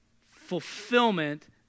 fulfillment